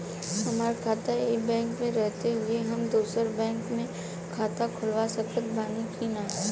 हमार खाता ई बैंक मे रहते हुये हम दोसर बैंक मे खाता खुलवा सकत बानी की ना?